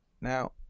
Now